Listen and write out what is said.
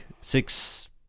six